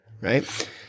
Right